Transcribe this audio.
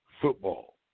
football